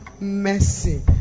mercy